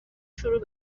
شروع